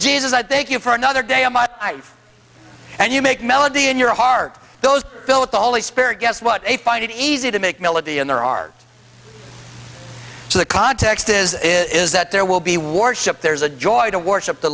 jesus i thank you for another day oh my and you make melody in your heart those philip the holy spirit guess what a find it easy to make melody in there are so the context is is that there will be warship there's a joy to worship the